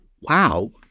Wow